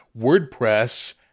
WordPress